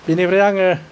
बेनिफ्राय आङो